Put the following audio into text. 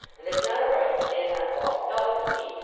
and has not a right to stand on false delicacy,